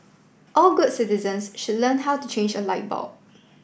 all good citizens should learn how to change a light bulb